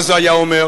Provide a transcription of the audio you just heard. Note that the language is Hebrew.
מה זה היה אומר?